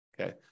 Okay